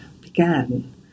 began